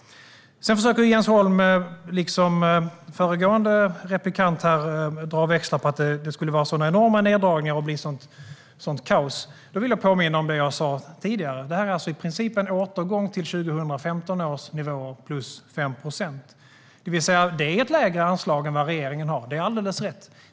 Sedan försöker Jens Holm, liksom tidigare Matilda Ernkrans, dra växlar på att det skulle vara sådana enorma neddragningar och bli ett sådant kaos. Jag vill påminna om det jag sa tidigare: Detta är alltså i princip en återgång till 2015 års nivåer, plus 5 procent. Det är alltså ett lägre anslag än regeringen har; det är alldeles rätt.